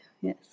Yes